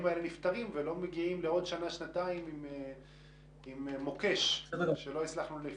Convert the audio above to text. האלה נפתרים ולא מגיעים לעוד שנה-שנתיים עם מוקש שלא הצלחנו לפתור.